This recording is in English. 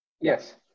Yes